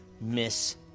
miss